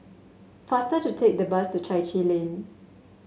faster to take the bus to Chai Chee Lane